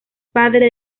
padre